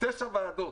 תשע ועדות.